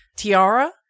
tiara